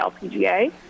LPGA